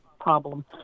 problem